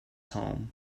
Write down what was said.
home